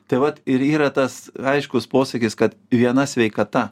tai vat ir yra tas aiškus posakis kad viena sveikata